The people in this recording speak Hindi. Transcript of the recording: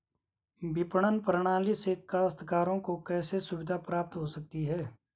विपणन प्रणाली से काश्तकारों को कैसे सुविधा प्राप्त हो सकती है?